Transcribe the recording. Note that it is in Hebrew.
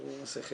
שהיא מסכת,